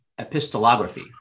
epistolography